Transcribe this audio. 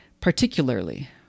particularly